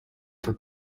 for